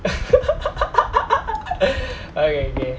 okay okay